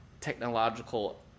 technological